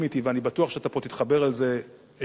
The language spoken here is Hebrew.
אתי ואני בטוח שאתה תתחבר אל זה היטב,